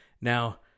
Now